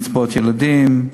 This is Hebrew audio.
קצבאות ילדים,